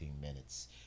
minutes